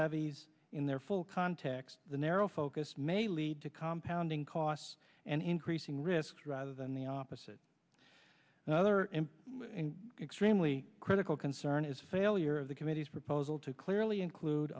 levees in their full context the narrow focus may lead to compound in costs and increasing risks rather than the opposite the other end and extremely critical concern is failure of the committee's proposal to clearly include